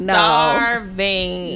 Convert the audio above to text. Starving